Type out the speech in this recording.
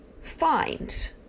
find